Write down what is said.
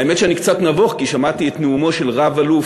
האמת שאני קצת נבוך, כי שמעתי את נאומו של רב-אלוף